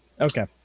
Okay